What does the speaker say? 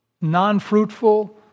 non-fruitful